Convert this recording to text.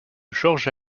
george